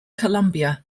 colombia